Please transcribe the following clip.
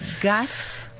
gut